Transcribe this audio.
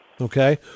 Okay